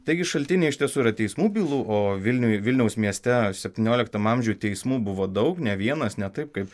taigi šaltiniai iš tiesų yra teismų bylų o vilniuje vilniaus mieste septynioliktam amžiuj teismų buvo daug ne vienas ne taip kaip